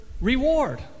reward